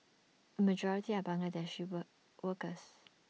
A majority are Bangladeshi ball workers